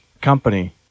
company